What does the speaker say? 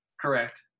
Correct